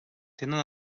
tenen